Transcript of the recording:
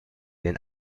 den